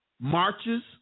marches